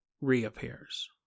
reappears